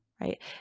right